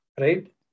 Right